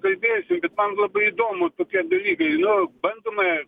kalbėjosi bet man labai įdomu tokie dalykai nu bandoma